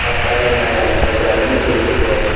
பத்தாயிரங்களா என எனக்கு கொஞ்சம் அதிகமாக தெரியுதுங்ளே